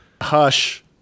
Hush